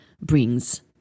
brings